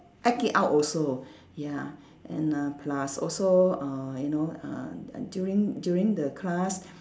act it out also ya and uh plus also uh you know uh during during the class